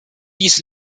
dies